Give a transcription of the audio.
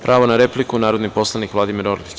Pravo na repliku, narodni poslanik Vladimir Orlić.